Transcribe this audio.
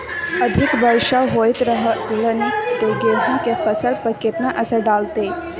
अधिक वर्षा होयत रहलनि ते गेहूँ के फसल पर केतना असर डालतै?